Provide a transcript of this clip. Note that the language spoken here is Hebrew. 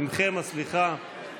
עימכם הסליחה.